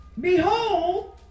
Behold